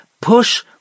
push